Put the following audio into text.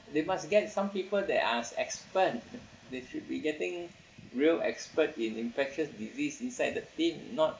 they must get some people that are expert they should be getting real expert in infectious disease inside the team not